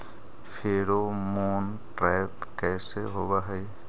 Pheromone trap कैसे होब हई?